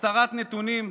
הסתרת נתונים,